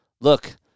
Look